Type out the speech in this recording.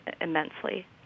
immensely